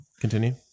Continue